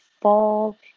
fall